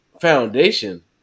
foundation